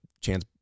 Chance